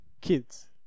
kids